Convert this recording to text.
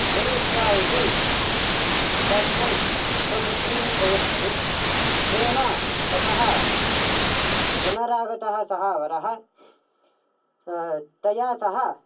वृणीश्व इति तस्मै स्वपुत्रीं प्रयच्छति तेन ततः पुनरागतः सः वरः तया सह